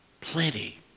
plenty